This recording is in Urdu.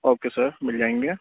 اوکے سر مل جائیں گے